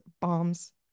bombs